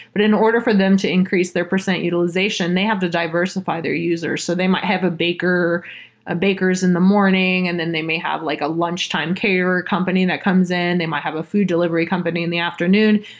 but in order for them to increase their percent utilization, they have to diversify their users. so they might have ah bakers ah bakers in the morning and then they may have like a lunchtime caterer company that comes in. they might have a food delivery company in the afternoon,